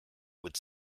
would